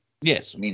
Yes